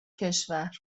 کشور